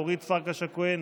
אורית פרקש הכהן,